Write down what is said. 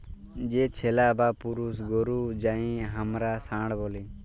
যে ছেলা বা পুরুষ গরু যাঁকে হামরা ষাঁড় ব্যলি